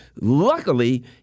Luckily